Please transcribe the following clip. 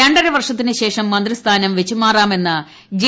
രണ്ടരവർഷത്തിനുശേഷം മന്ത്രിസ്ഥാനം വച്ചുമാറാമെന്ന ജെ